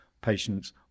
patients